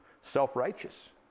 self-righteous